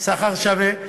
שכר שווה.